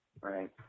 Right